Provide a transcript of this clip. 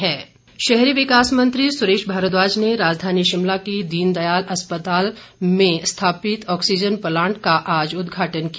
oxygen plant शहरी विकास मंत्री सुरेश भारद्वाज ने राजधानी शिमला के दीन दयाल उपाध्याय अस्पताल में स्थापित ऑक्सीज़न प्लांट का आज उद्घाटन किया